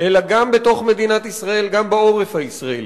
אלא גם בתוך מדינת ישראל, גם בעורף הישראלי.